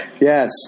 Yes